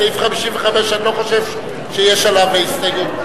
סעיף 55 אני לא חושב שיש עליו הסתייגות.